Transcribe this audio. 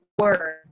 word